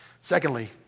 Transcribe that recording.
Secondly